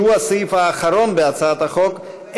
שהוא הסעיף האחרון בהצעת החוק,